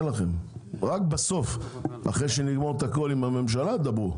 רק בסוף, אחרי שנגמור את הכול עם הממשלה תדברו.